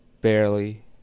barely